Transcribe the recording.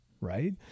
right